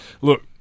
Look